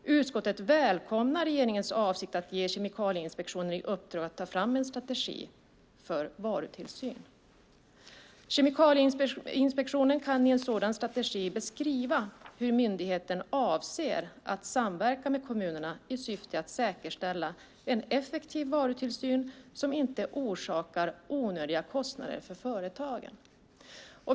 Utskottet välkomnar regeringens avsikt att ge Kemikalieinspektionen i uppdrag att ta fram en strategi för varutillsyn. Kemikalieinspektionen kan i en sådan strategi beskriva hur myndigheten avser att samverka med kommunerna i syfte att säkerställa en effektiv varutillsyn som inte orsakar onödiga kostnader för företagen.